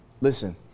Listen